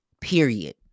period